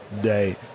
day